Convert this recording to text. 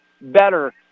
better